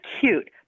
cute